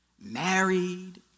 Married